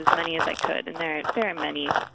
as many as i could. and there there are many,